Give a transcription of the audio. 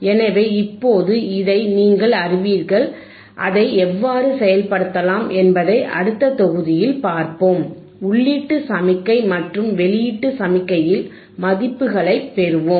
எனவே இப்போது இதை நீங்கள் அறிவீர்கள் அதை எவ்வாறு செயல்படுத்தலாம் என்பதை அடுத்த தொகுதியில் பார்ப்போம் உள்ளீட்டு சமிக்ஞை மற்றும் வெளியீட்டு சமிக்ஞையில் மதிப்புகளைப் பெறுவோம்